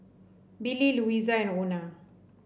Billie Louisa and Ona